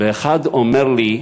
ואחד אומר לי: